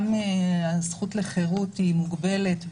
גם הזכות לחירות היא מוגבלת,